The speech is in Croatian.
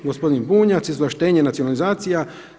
Gospodin Bunjac, izvlaštenje, nacionalizacija.